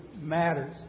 matters